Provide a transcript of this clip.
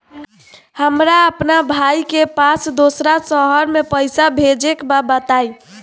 हमरा अपना भाई के पास दोसरा शहर में पइसा भेजे के बा बताई?